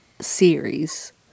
series